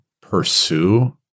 pursue